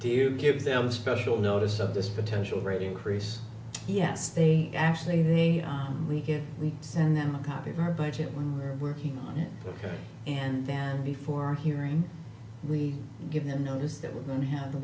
do you give them special notice of this potential ready increase yes they actually they we get we send them a copy of our budget when we're working on it and then before hearing we give them notice that we don't have the